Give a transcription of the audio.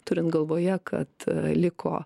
turint galvoje kad liko